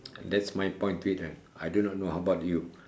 that's my point to it ah I do not know how about you